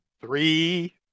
three